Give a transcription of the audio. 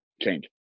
change